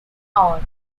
are